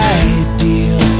ideal